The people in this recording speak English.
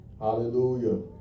Hallelujah